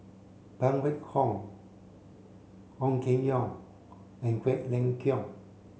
Phan Wait Hong Ong Keng Yong and Quek Ling Kiong